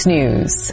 News